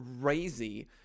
crazy